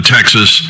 Texas